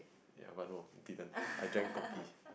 ya but no didn't I drank kopi